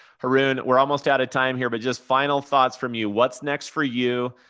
haroon, we're almost out of time here, but just final thoughts from you. what's next for you?